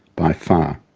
by far!